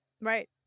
right